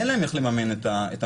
אין להם איך לממן את המחיה,